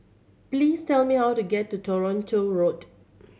please tell me how to get to Toronto Road